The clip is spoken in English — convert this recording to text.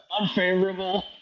Unfavorable